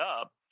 up